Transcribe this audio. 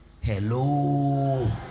Hello